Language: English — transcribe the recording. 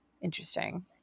interesting